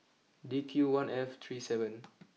D Q one F three seven